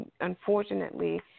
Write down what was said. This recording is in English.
unfortunately